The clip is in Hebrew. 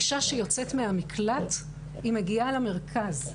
אישה שיוצאת מהמקלט מגיעה למרכז.